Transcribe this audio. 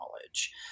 knowledge